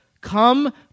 come